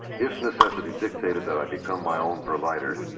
if necessity dictated that i become my own provider,